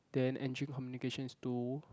then engine communications is two